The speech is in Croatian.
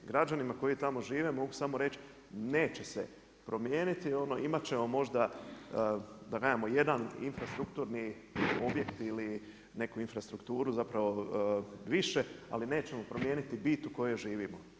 Građanima koji tamo žive mogu samo reći neće se promijeniti, imati ćemo možda da kažemo jedan infrastrukturni objekt ili neku infrastrukturu, zapravo više ali nećemo promijeniti bit u kojoj živimo.